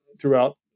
throughout